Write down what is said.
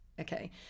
okay